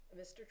Mr